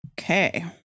Okay